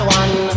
one